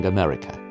America